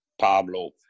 Pablo